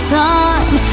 time